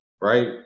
right